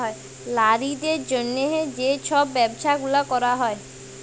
লারিদের জ্যনহে যে ছব ব্যবছা গুলা ক্যরা হ্যয়